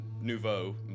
Nouveau